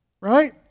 right